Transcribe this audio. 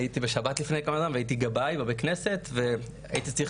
אני הייתי בשבת לפני כמה זמן והייתי גבאי בבית הכנסת והייתי צריך